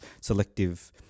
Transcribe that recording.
selective